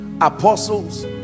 apostles